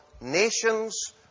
Nations